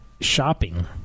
shopping